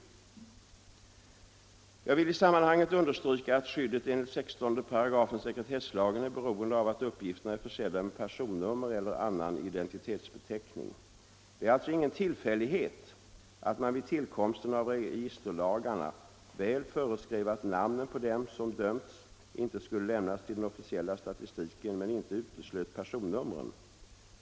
Jag vill i sammanhanget understryka att skyddet enligt 16 § sekretesslagen är beroende av att uppgifterna är försedda med personnummer eller annan identitetsbeteckning. Det är alltså ingen tillfällighet att man vid tillkomsten av registerlagarna väl föreskrev att namnen på dem som dömts inte skulle lämnas till den officiella statistiken men inte uteslöt personnumren.